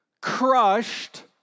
crushed